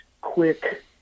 quick